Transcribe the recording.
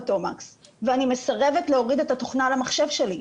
בתומקס, ואני מסרבת להוריד את התוכנה למחשב שלי.